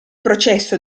processo